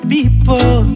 People